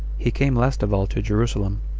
he came last of all to jerusalem.